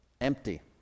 empty